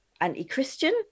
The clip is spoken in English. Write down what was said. anti-Christian